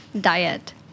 diet